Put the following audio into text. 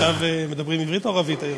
עכשיו מדברים עברית או ערבית?